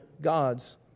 God's